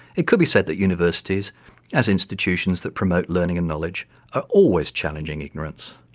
it could be said that universities as institutions that promote learning and knowledge are always challenging ignorance,